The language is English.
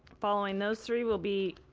following those three will be